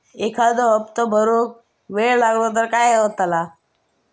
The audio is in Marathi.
एखादो हप्तो भरुक वेळ लागलो तर काय होतला?